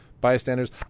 bystanders